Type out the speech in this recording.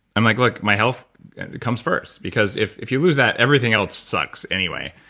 i'm like, look, my health comes first. because if if you lose that everything else sucks anyway.